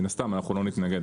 מן הסתם לא נתנגד.